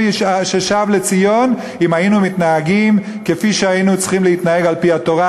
ששב לציון אם היינו מתנהגים כפי שהיינו צריכים להתנהג על-פי התורה,